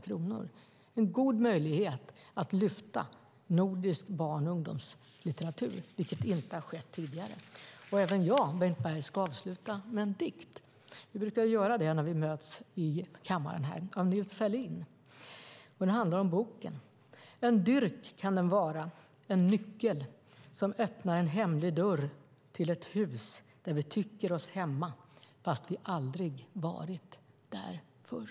Det är en god möjlighet att lyfta nordisk barn och ungdomslitteratur, vilket inte har skett tidigare. Även jag, Bengt Berg, ska avsluta med en dikt. Vi brukar ju göra det när vi möts i kammaren. Den är av Nils Ferlin och handlar om boken: En dyrk kan den vara - en nyckel, som öppnar en hemlig dörr till ett hus där vi tycker oss hemma fast vi aldrig varit där förr.